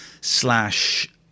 slash